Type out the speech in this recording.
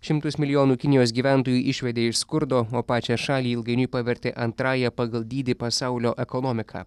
šimtus milijonų kinijos gyventojų išvedė iš skurdo o pačią šalį ilgainiui pavertė antrąja pagal dydį pasaulio ekonomika